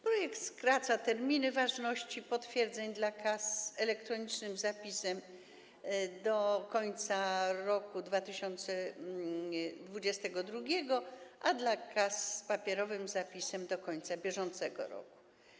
Projekt skraca terminy ważności potwierdzeń dla kas z elektronicznym zapisem do końca roku 2022, a dla kas z papierowym zapisem do końca bieżącego roku.